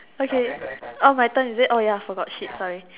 okay oh my turn is it oh ya forgot shit sorry